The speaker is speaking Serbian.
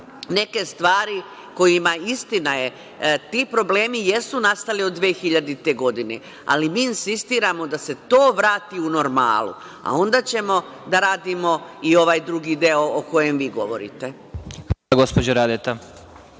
neke stvari kojima, istina je, ti problemi jesu nastali od 2000. godine, ali mi insistiramo da se to vrati u normalu, a onda ćemo da radimo i ovaj drugi deo o kojem vi govorite. **Vladimir